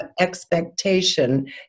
expectation